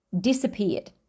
disappeared